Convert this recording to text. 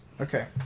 Okay